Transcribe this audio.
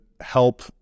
help